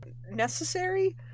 necessary